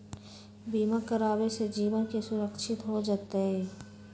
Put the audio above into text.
बीमा करावे से जीवन के सुरक्षित हो जतई?